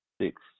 Six